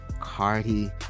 cardi